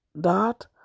dot